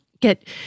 get